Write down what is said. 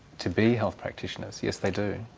to be health practitioners yes, they do.